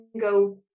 go